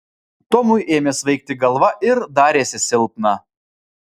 tomui ėmė svaigti galva ir darėsi silpna